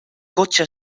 cotxe